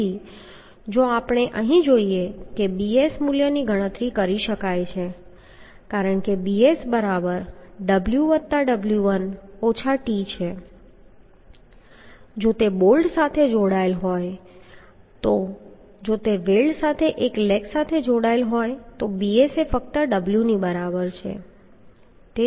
તેથી જો આપણે અહીં જોઈએ કે bs મૂલ્યની ગણતરી કરી શકાય છે કારણ કે bsww1 t છે જો તે બોલ્ટ સાથે જોડાયેલ છે હોય તો અને જો તે વેલ્ડ સાથે એક લેગ સાથે જોડાયેલ છે તો bs એ ફક્ત w ની બરાબર છે